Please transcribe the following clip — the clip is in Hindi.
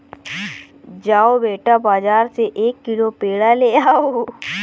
जाओ बेटा, बाजार से एक किलो पेड़ा ले आओ